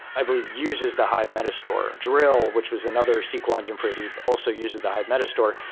i believe uses the hive meta-store, drill, which was another sql engine for hadoop also uses the hive meta-store,